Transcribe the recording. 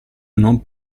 non